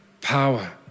power